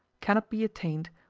cannot be attained,